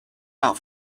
out